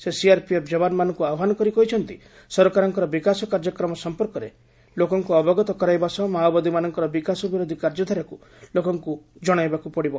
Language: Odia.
ସେ ସିଆର୍ପିଏଫ୍ ଯବାନମାନଙ୍କୁ ଆହ୍ୱାନ କରି କହିଛନ୍ତି ସରକାରଙ୍କ ବିକାଶ କାର୍ଯ୍ୟକ୍ରମ ସମ୍ପର୍କରେ ଲୋକଙ୍କୁ ଅବଗତ କରାଇବା ସହ ମାଓବାଦୀମାନଙ୍କର ବିକାଶ ବିରୋଧି କାର୍ଯ୍ୟଧାରାକୁ ଲୋକଙ୍କୁ ଜଣାଇବାକୁ ପଡ଼ିବ